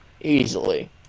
Easily